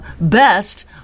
best